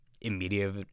immediate